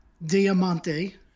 Diamante